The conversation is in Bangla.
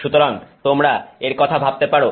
সুতরাং তোমরা এর কথা ভাবতে পারো